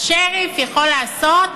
השריף יכול לעשות